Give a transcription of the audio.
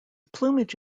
plumage